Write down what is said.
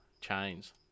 Chains